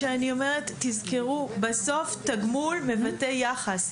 תזכרו, בסוף תגמול מבטא יחס.